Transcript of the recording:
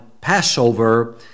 Passover